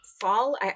fall